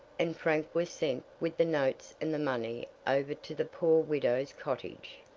and frank was sent with the notes and the money over to the poor widow's cottage.